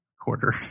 Quarter